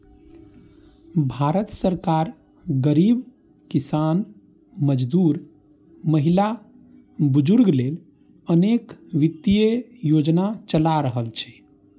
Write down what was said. भारत सरकार गरीब, किसान, मजदूर, महिला, बुजुर्ग लेल अनेक वित्तीय योजना चला रहल छै